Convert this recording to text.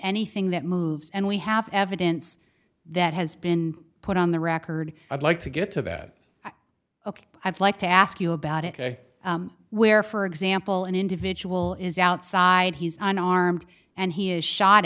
anything that moves and we have evidence that has been put on the record i'd like to get to that ok i'd like to ask you about it where for example an individual is outside he's on armed and he is shot